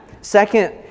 second